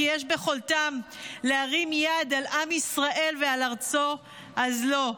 כי יש ביכולתם להרים יד על עם ישראל ועל ארצו אז לא,